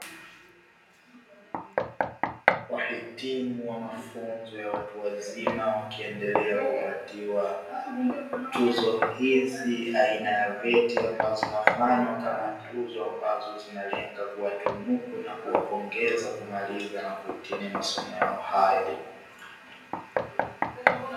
Wahitimu wa mafunzo ya watu wazima, wakiendelea kupatiwa tuzo hizi aina ya vyeti, ambazo zinafanywa kama tuzo ambazo zinalenga kuwatunuku na kuwapongeza kumaliza na kuhtimu masomo yao hayo.